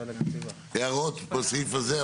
הערות לסעיף הזה?